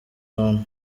one